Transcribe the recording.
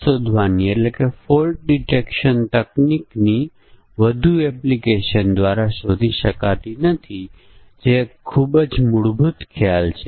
તેથી આ પરિસ્થિતિઓ માટે આપણને કેવી રીતે સમકક્ષ વર્ગ પાર્ટીશનો મળે છે તે મુશ્કેલ બને છે